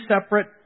separate